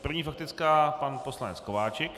První faktická pan poslanec Kováčik.